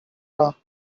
aura